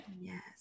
Yes